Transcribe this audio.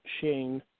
Shane